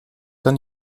dann